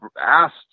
asked